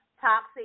toxic